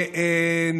הוא